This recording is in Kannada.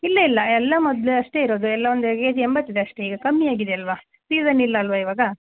ಇಲ್ಲ ಇಲ್ಲ ಎಲ್ಲ ಮೊದಲೇ ಅಷ್ಟೆ ಇರೋದು ಎಲ್ಲ ಒಂದು ಕೆಜಿ ಎಂಬತ್ತು ಇದೆ ಅಷ್ಟೆ ಈಗ ಕಮ್ಮಿ ಆಗಿದೆ ಅಲ್ಲವಾ ಸೀಸನ್ ಇಲ್ಲ ಅಲ್ವಾ ಇವಾಗ